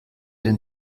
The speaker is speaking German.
den